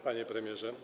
Panie Premierze!